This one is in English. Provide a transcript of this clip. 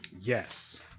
Yes